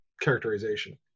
characterization